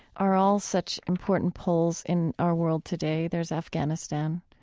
are all such important poles in our world today. there's afghanistan,